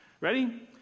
Ready